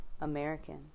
American